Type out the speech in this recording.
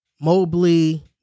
Mobley